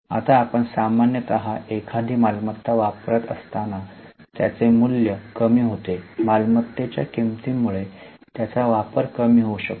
आता आपण सामान्यतः एखादी मालमत्ता वापरत असताना त्यांचे मूल्य कमी होते मालमत्त्तेच्या किंमती मुळे त्याचा वापर कमी होऊ शकतो